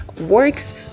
works